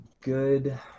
good